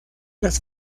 las